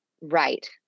Right